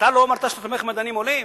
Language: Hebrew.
לא אמרת שאתה תומך במדענים עולים?